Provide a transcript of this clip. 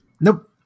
Nope